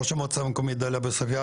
ראש המועצה המקומית דאליה ועוספיה,